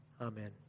Amen